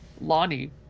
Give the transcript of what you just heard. Lonnie